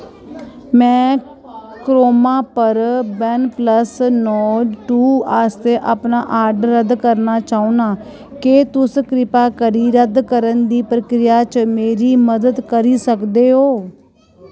में क्रोमा पर OnePlus Nord two आस्तै अपना आर्डर रद्द करना चाह्न्नां केह् तुस कृपा करी रद्द करने दी प्रक्रिया च मेरी मदद करी सकदे ओ